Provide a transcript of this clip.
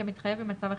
כמתחייב ממצב החירום,